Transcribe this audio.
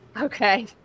Okay